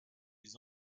les